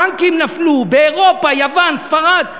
בנקים נפלו באירופה, יוון, ספרד.